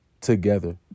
together